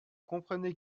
comprenez